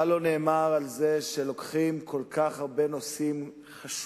מה לא נאמר על זה שלוקחים כל כך הרבה נושאים חשובים